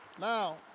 Now